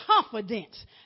confidence